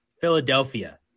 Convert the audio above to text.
Philadelphia